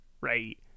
right